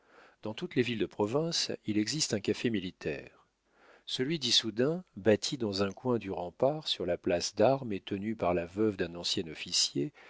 dans toutes villes de province il existe un café militaire celui d'issoudun bâti dans un coin du rempart sur la place d'armes et tenu par la veuve d'un ancien officier